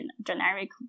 generic